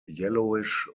yellowish